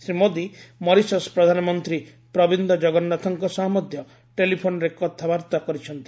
Shri Modi Mauritius ପ୍ରଧାନମନ୍ତ୍ରୀ ପ୍ରବୀନ୍ଦ କଗନ୍ନାଥଙ୍କ ସହ ମଧ୍ୟ ଟେଲିଫୋନ୍ରେ କଥାବାର୍ତ୍ତା କରିଛନ୍ତି